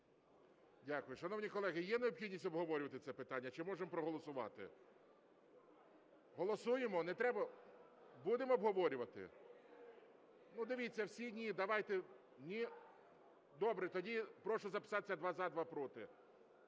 Дякую. Шановні колеги, є необхідність обговорювати це питання чи можемо проголосувати? Голосуємо, не треба? Будемо обговорювати? Дивіться всі – ні. Добре, тоді прошу записатися: два – за, два – проти.